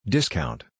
Discount